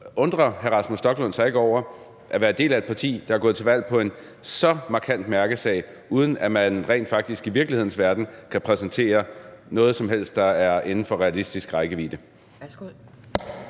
Undrer hr. Rasmus Stoklund sig ikke over at være del af et parti, der er gået til valg på en så markant mærkesag, uden at man rent faktisk i virkelighedens verden kan præsentere noget som helst, der er inden for realistisk rækkevidde?